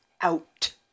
out